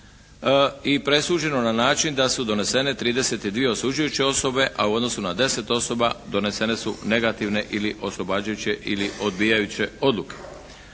i presuđeno na način da su donesene 32 osuđujuće osobe, a u odnosu na 10 osoba donesene su negativne ili oslobađajuće ili odbijajuće odluke.